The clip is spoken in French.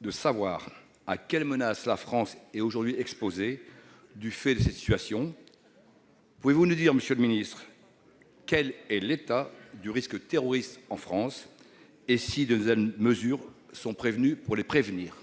de savoir à quelles menaces la France est aujourd'hui exposée du fait de cette situation. Pouvez-vous nous dire, monsieur le ministre, quel est l'état du risque terroriste en France et si de nouvelles mesures sont prévues pour les prévenir ?